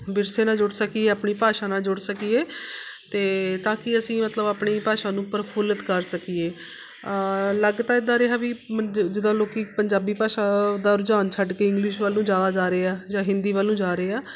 ਵਿਰਸੇ ਨਾਲ ਜੁੜ ਸਕੀਏ ਆਪਣੀ ਭਾਸ਼ਾ ਨਾਲ ਜੁੜ ਸਕੀਏ ਅਤੇ ਤਾਂ ਕਿ ਅਸੀਂ ਮਤਲਬ ਆਪਣੀ ਭਾਸ਼ਾ ਨੂੰ ਪ੍ਰਫੁੱਲਿਤ ਕਰ ਸਕੀਏ ਲੱਗ ਤਾਂ ਇੱਦਾਂ ਰਿਹਾ ਵੀ ਜਿੱਦਾਂ ਲੋਕੀ ਪੰਜਾਬੀ ਭਾਸ਼ਾ ਦਾ ਰੁਝਾਨ ਛੱਡ ਕੇ ਇੰਗਲਿਸ਼ ਵੱਲ ਨੂੰ ਜ਼ਿਆਦਾ ਜਾ ਰਹੇ ਹੈ ਜਾਂ ਹਿੰਦੀ ਵੱਲ ਨੂੰ ਜਾ ਰਹੇ ਹੈ